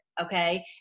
okay